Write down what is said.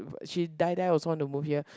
she die die also want to move here